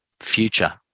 future